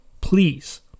please